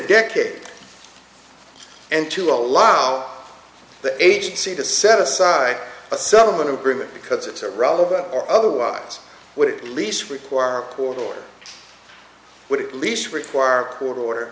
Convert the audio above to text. decade and to allow the agency to set aside a settlement agreement because it's a rather or otherwise would be least require a court order would at least require a court order